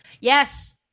Yes